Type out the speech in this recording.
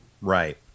Right